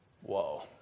Whoa